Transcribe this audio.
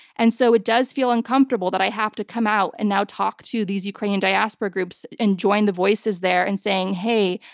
and so it does feel uncomfortable that i have to come out and now talk to these ukrainian diaspora groups and join the voices there in saying, hey,